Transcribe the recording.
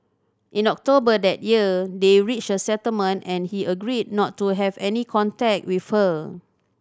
in October that year they reached a settlement and he agreed not to have any contact with her